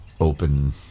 open